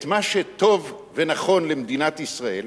את מה שטוב ונכון למדינת ישראל,